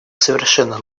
совершенно